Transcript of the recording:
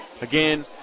again